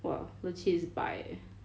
!wah! legit is bye eh